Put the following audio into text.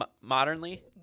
modernly